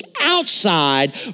outside